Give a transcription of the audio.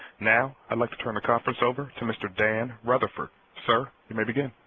now, i'd like to turn the conference over to mr. dan rutherford, sir you may begin.